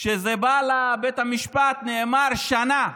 כשזה בא לבית המשפט נאמר שנה.